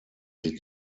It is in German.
sich